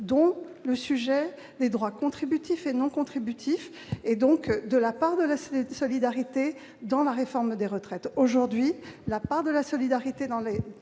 concerne les droits contributifs et non contributifs, c'est-à-dire la part de la solidarité dans la réforme des retraites. Aujourd'hui, la part de la solidarité dans les